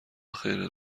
خیرت